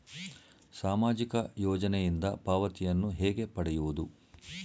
ಸಾಮಾಜಿಕ ಯೋಜನೆಯಿಂದ ಪಾವತಿಯನ್ನು ಹೇಗೆ ಪಡೆಯುವುದು?